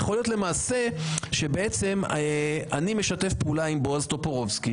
יכול להיות מצב לפיו אני בעצם משתף פעולה עם בועז טופורובסקי